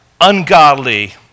ungodly